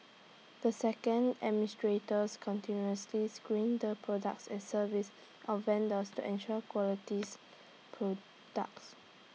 the second administrators continuously screened the products and services of vendors to ensure qualities products